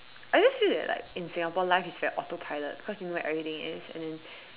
I just feel that like in Singapore life is very auto pilot cause you know where everything is and